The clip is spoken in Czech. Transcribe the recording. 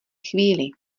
chvíli